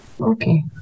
Okay